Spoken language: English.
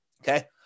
Okay